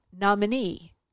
nominee